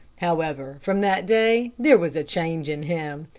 however, from that day there was a change in him.